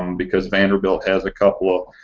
um because vanderbilt has a couple